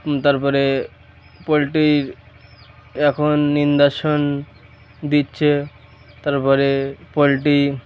তার পরে পোলট্রির এখন ইঞ্জেকশন দিচ্ছে তার পরে পোলট্রি